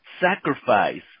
sacrifice